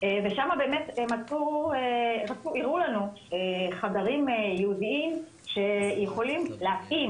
ושם באמת הראו לנו חדרים ייעודיים שיכולים לשים